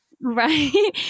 right